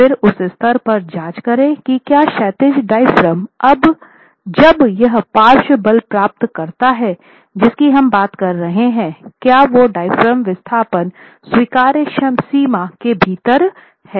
और फिर उस स्तर पर जाँच करें कि क्या क्षैतिज डायाफ्राम जब यह पार्श्व बल प्राप्त करता है जिसकी हम बात कर रहे हैं क्या वो डायाफ्राम विस्थापन स्वीकार्य सीमा के भीतर हैं